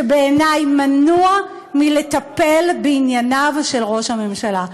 שבעיני מנוע מלטפל בענייניו של ראש הממשלה.